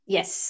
Yes